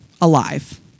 alive